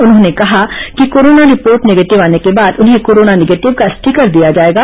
उन्होंने कहा कि कोरोना रिपोर्ट निगेटिव आने के बाद उन्हें कोरोना निगेटिव का स्टीकर दिया जाएगा